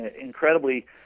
incredibly